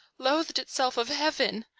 loathed itself of heaven!